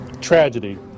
tragedy